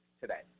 today